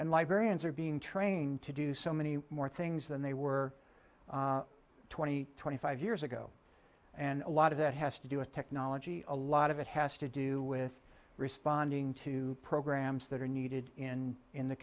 and librarians are being trained to do so many more things than they were twenty twenty five years ago and a lot of that has to do with technology a lot of it has to do with responding to programs that are needed in in the